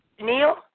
Neil